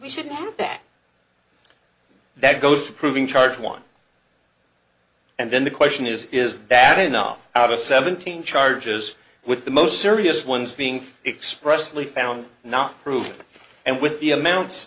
we shouldn't that that goes to proving charge one and then the question is is that enough out of seventeen charges with the most serious ones being expressively found not proved and with the amounts